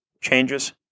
changes